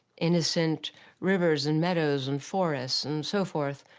innocent rivers, and meadows, and forests, and so forth,